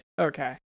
Okay